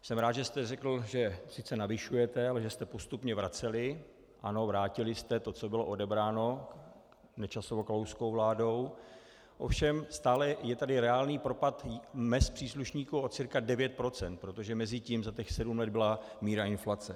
Jsem rád, že jste řekl, že sice navyšujete, ale že jste postupně vraceli, ano, vrátili jste to, co bylo odebráno Nečasovou a Kalouskovou vládou, ovšem stále je tady reálný propad mezd příslušníků o cca 9 %, protože mezitím za těch sedm let byla míra inflace.